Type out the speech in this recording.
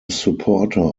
supporter